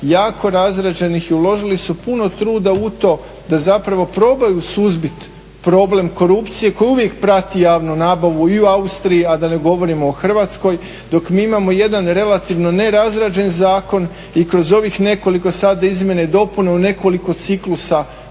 jako razrađenih i uložili su puno truda u to da zapravo probaju suzbiti problem korupcije koji uvijek prati javnu nabavu i u Austriji a da ne govorimo o Hrvatskoj. Dok mi imamo jedan relativno ne razrađen zakon i kroz ovih nekoliko sad izmjena i dopuna u nekoliko ciklusa